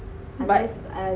but